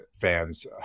fans